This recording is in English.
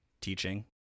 teaching